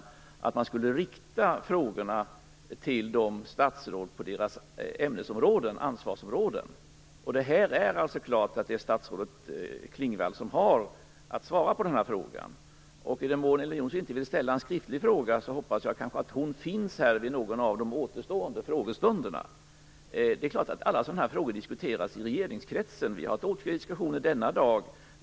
Ledamöterna skulle rikta frågorna till statsråden på deras ansvarsområden. Det är här klart att det är statsrådet Klingvall som har att svara på den här frågan. I den mån Elver Jonsson inte vill ställa en skriftlig fråga hoppas jag att hon kanske finns här vid någon av de återstående frågestunderna. Det är klart att alla sådana här frågor diskuteras i regeringskretsen. Vi har haft åtskilliga diskussioner denna dag.